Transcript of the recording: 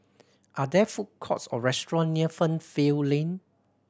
are there food courts or restaurant near Fernvale Lane